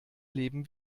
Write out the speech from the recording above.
leben